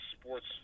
sports